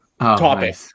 topic